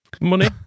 money